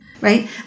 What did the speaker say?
right